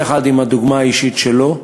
כל אחד עם הדוגמה האישית שלו,